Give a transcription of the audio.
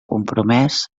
compromès